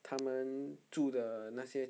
他们住的那些